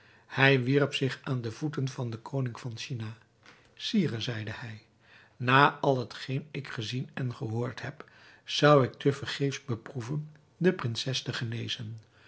hij wierp zich aan de voeten van koning van china sire zeide hij na al hetgeen ik gezien en gehoord heb zou ik te vergeefs beproeven de prinses te genezen